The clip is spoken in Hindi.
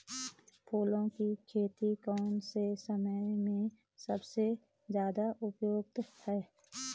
फूलों की खेती कौन से समय में सबसे ज़्यादा उपयुक्त है?